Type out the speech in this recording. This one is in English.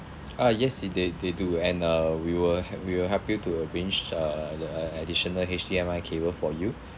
ah yes they they do and uh we will he~ we will help you to arrange uh additional H_D_M_I cable for you